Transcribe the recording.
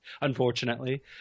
unfortunately